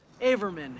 Averman